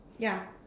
ya